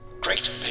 Great